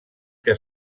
que